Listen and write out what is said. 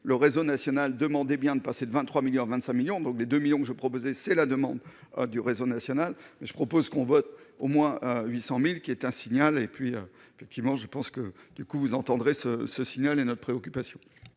le réseau national demandé bien de passer de 23 millions 25 millions donc des 2 que je proposais, c'est la demande du réseau national mais je propose qu'on vote au moins 800000 qui est un signal et puis effectivement, je pense que du coup vous entendrez ce ce signal est notre préoccupation.